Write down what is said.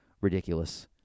ridiculous